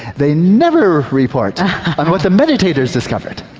they never report on what the meditators discovered,